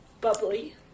Bubbly